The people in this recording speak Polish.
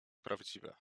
prawdziwe